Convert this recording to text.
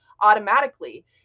automatically